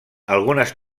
algunes